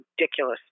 ridiculous